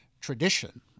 tradition